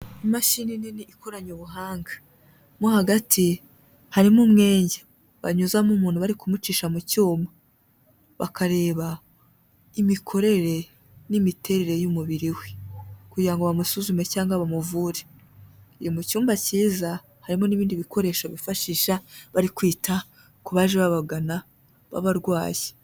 Imashini nini ikoranye ubuhanga, mo hagati harimo umwenge banyuzamo umuntu bari kumucisha mu cyuma, bakareba imikorere n'imiterere y'umubiri we kugira ngo bamusuzume cyangwa bamuvure. Iri mu cyumba cyiza, harimo n'ibindi bikoresho bifashisha bari kwita ku baje babagana b'abarwayi.